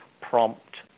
prompt